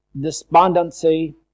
despondency